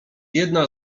jedna